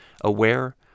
aware